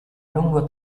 lungo